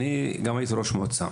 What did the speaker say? אני גם הייתי ראש מועצה